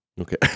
Okay